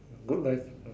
good life